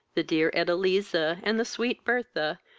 the dear edeliza, and the sweet bertha,